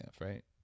right